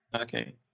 Okay